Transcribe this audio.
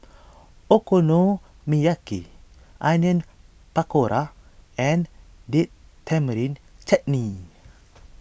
Okonomiyaki Onion Pakora and Date Tamarind Chutney